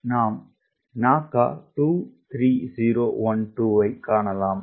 நாம் NACA 23012 ஐக் காணலாம்